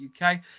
uk